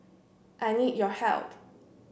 I need your help